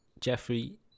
Jeffrey